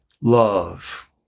love